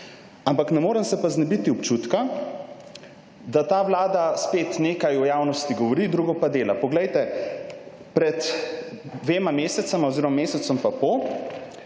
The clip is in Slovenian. Ampak ne morem se pa znebiti občutka, da ta vlada spet nekaj v javnosti govori, drugo pa dela. Poglejte, pred dvema mesecema oziroma mesecem pa pol